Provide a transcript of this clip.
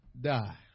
die